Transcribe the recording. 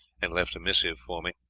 and left a missive for me.